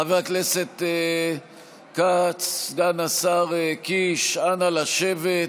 חבר הכנסת כץ, סגן השר קיש, אנא, לשבת.